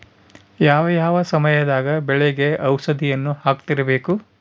ಯಾವ ಯಾವ ಸಮಯದಾಗ ಬೆಳೆಗೆ ಔಷಧಿಯನ್ನು ಹಾಕ್ತಿರಬೇಕು?